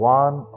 one